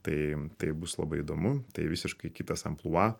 tai tai bus labai įdomu tai visiškai kitas amplua